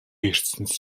ертөнцөд